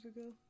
ago